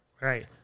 Right